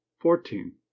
fourteen